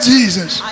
Jesus